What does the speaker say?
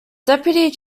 deputy